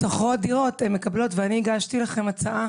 כשהן שוכרות דירה הן מקבלות ואני הגשתי לכם הצעה